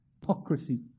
hypocrisy